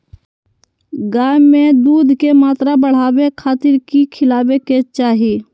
गाय में दूध के मात्रा बढ़ावे खातिर कि खिलावे के चाही?